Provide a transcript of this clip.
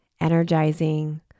energizing